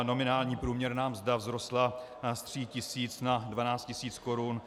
Nominální průměrná mzda vzrostla z 3 tisíc na 12 tis. korun.